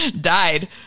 died